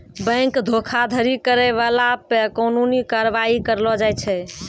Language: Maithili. बैंक धोखाधड़ी करै बाला पे कानूनी कारबाइ करलो जाय छै